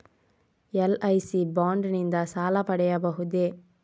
LIC bond ನಿಂದ ಸಾಲ ಪಡೆಯಬಹುದೇ?